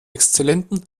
exzellentem